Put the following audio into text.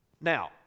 Now